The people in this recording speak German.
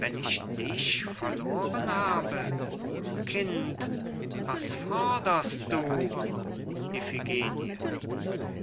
wenn ich dich verloren habe kind was forderst du iphigenie